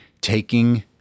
taking